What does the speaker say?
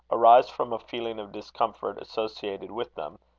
arise from a feeling of discomfort associated with them,